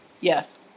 Yes